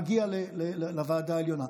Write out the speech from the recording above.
מגיע לוועדה העליונה.